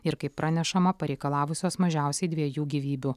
ir kaip pranešama pareikalavusios mažiausiai dviejų gyvybių